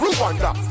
Rwanda